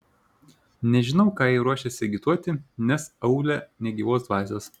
nežinau ką jie ruošiasi agituoti nes aūle nė gyvos dvasios